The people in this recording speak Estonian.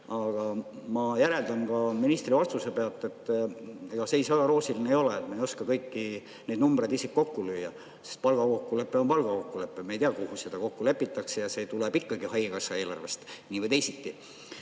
Aga ma järeldan ministri vastusest, et ega seis väga roosiline ei ole. Me ei oska kõiki neid numbreid isegi kokku lüüa. Palgakokkulepe on palgakokkulepe, me ei tea, kuidas seda kokku lepitakse ja see tuleb ikkagi haigekassa eelarvest nii või teisiti,